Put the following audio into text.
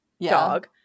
dog